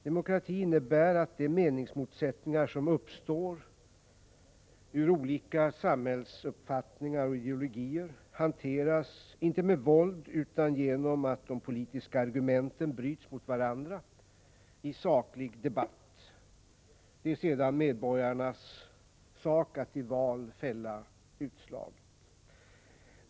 Demokratin innebär att de meningsmotsättningar som uppstår ur olika samhällsuppfattningar och ideologier hanteras inte med våld utan genom att de politiska argumenten bryts mot varandra i saklig debatt. Det är sedan medborgarnas sak att i val fälla utslaget.